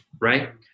right